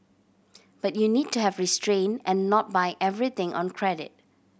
but you need to have restrain and not buy everything on credit